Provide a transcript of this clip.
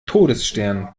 todesstern